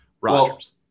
Rogers